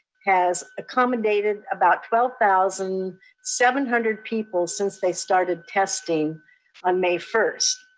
has accommodated about twelve thousand seven hundred people since they started testing on may first.